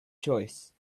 choice